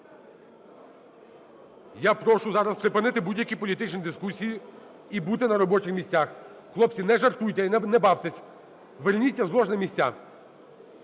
Я прошу зараз припинити будь-які політичні дискусії і бути на робочих місцях. Хлопці, не жартуйте, не бавтесь. Верніться з лож на місця.